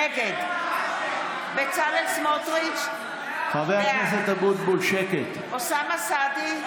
נגד בצלאל סמוטריץ' בעד אוסאמה סעדי,